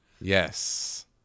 Yes